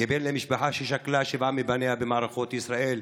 בן למשפחה ששכלה שבעה מבניה במערכות ישראל,